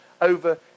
over